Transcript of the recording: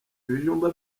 ibijumba